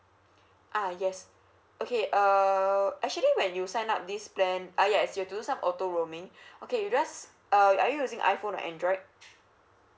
ah yes okay err actually when you sign up this plan uh yes you have to do some auto roaming okay do you guys uh are you using iphone or android